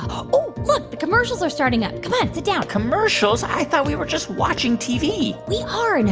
oh, look, the commercials are starting up. come on, sit down commercials? i thought we were just watching tv we are. now,